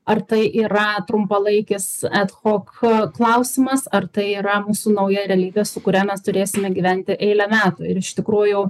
ar tai yra trumpalaikis ethok klausimas ar tai yra mūsų nauja realybė su kuria mes turėsime gyventi eilę metų ir iš tikrųjų